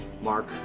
Mark